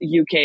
UK